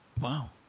Wow